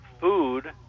food